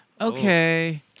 Okay